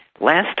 last